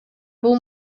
бул